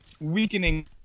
weakening